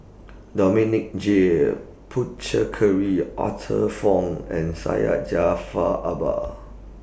Dominic J Puthucheary Arthur Fong and Syed Jaafar Albar